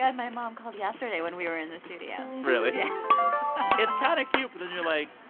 and my mom called yesterday when we were in the studio really? yeah it's kind of cute, but then you're, like.